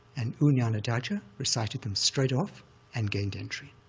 and u nanadhaja recited them straight off and gained entry,